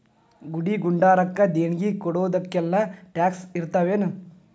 ಗುಡಿ ಗುಂಡಾರಕ್ಕ ದೇಣ್ಗಿ ಕೊಡೊದಕ್ಕೆಲ್ಲಾ ಟ್ಯಾಕ್ಸ್ ಇರ್ತಾವೆನು?